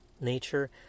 nature